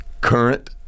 current